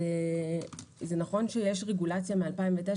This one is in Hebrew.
זה נכון שיש רגולציה מ-2009,